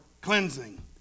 cleansing